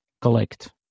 collect